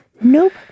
Nope